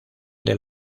del